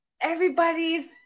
everybody's